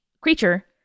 creature